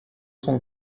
son